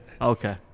Okay